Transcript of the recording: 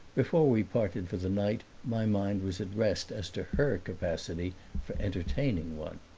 before we parted for the night my mind was at rest as to her capacity for entertaining one.